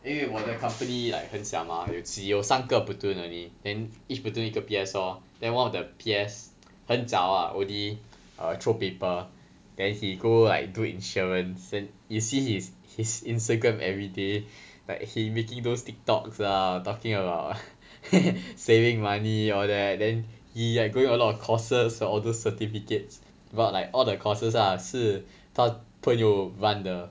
因为我的 company like 很小 mah 有只有三个 platoon only then each platoon 一个 P_S lor then one of the P_S 很早 ah only err throw paper then he go like do insurance and you see his his instagram everyday like he making those TikToks lah talking about saving money all that then he like going a lot of courses all those certificates but like all the courses lah 是他朋友 run 的